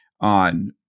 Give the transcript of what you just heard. on